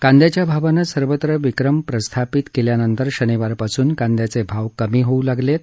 कांद्याच्या भावानं सर्वत्र विक्रम प्रस्थापित केल्यानंतर शनिवारपासून कांद्याचे भाव कमी होऊ लागले आहेत